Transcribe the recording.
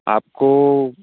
आपको